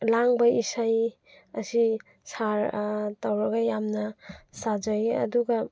ꯂꯥꯡꯕ ꯏꯁꯩ ꯑꯁꯤ ꯁꯥꯔ ꯇꯧꯔꯒ ꯌꯥꯝꯅ ꯁꯥꯖꯩ ꯑꯗꯨꯒ